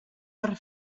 per